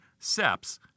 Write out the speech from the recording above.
SEPs